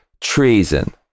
treason